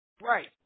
Right